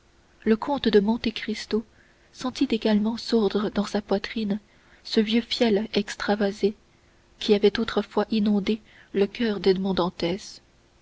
le comte de monte cristo sentit également sourdre dans sa poitrine ce vieux fiel extravasé qui avait autrefois inondé le coeur d'edmond